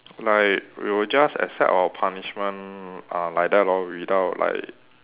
like we'll just accept our punishment uh like that lor without like